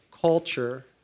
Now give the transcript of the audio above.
culture